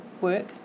work